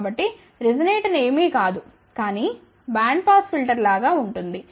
కాబట్టి రిజొనేటర్ ఏమీ కాదు కానీ బ్యాండ్ పాస్ ఫిల్టర్ లాగా ఉంటుంది